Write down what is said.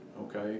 Okay